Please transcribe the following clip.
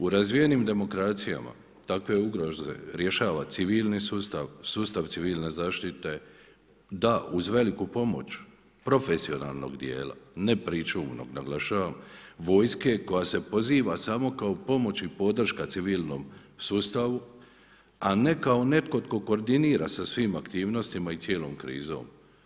U razvijenim demokracijama takve ugroze rješava civilni sustav, sustav civilne zaštite da uz veliku pomoć profesionalnog dijela, ne pričuvnog naglašavam vojske koja se poziva samo kao pomoć i podrška civilnom sustavu, a ne kao netko tko koordinira sa svim aktivnostima i cijelom krizom.